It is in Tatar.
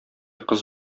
кыз